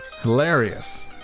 Hilarious